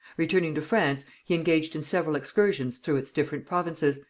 returning to france, he engaged in several excursions through its different provinces,